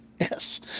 Yes